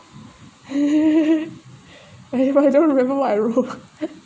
I don't remember what I wrote